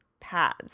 pads